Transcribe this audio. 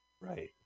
Right